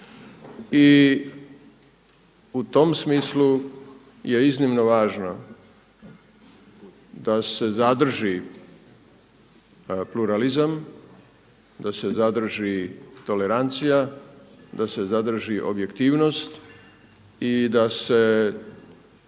i u tom smislu je iznimno važno da se zadrži pluralizam, da se zadrži tolerancija, da se zadrži objektivnost i da se